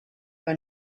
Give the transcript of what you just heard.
will